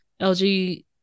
LG